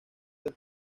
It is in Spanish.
del